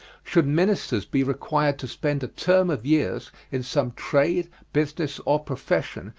should ministers be required to spend a term of years in some trade, business, or profession,